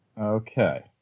Okay